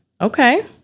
Okay